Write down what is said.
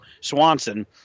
Swanson